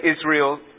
Israel